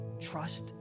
Trust